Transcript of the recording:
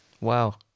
Wow